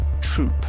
troop